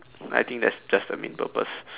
I think that's just the main purpose